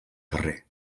carrer